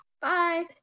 Bye